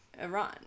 Iran